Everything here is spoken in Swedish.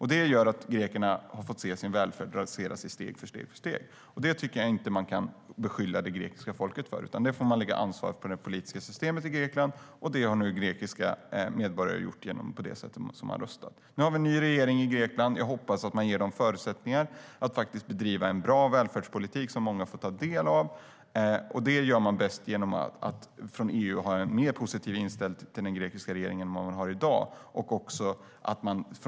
Det gör att grekernas välfärd har raserats steg för steg. Det tycker jag inte att man kan beskylla det grekiska folket för, utan ansvaret får läggas på det politiska systemet i Grekland. Det har nu de grekiska medborgarna gjort genom det sätt på vilket de har röstat. Nu är det en ny regering i Grekland. Jag hoppas att den ges förutsättningar att bedriva en bra välfärdspolitik som många får ta del av, och det gör man bäst genom att EU intar en mer positiv inställning till den grekiska regeringen än vad man har i dag.